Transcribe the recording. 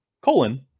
Colon